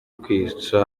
kwica